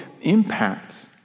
impact